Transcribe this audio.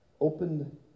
Opened